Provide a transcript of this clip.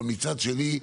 מצד שני,